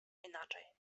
inaczej